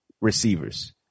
Receivers